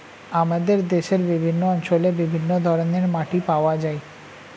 আমাদের দেশের বিভিন্ন অঞ্চলে বিভিন্ন ধরনের মাটি পাওয়া যায়